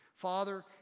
Father